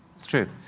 it's true.